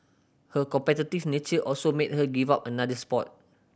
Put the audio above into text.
her competitive nature also made her give up another sport